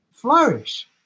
flourish